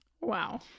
Wow